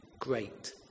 great